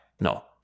no